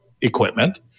equipment